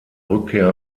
rückkehr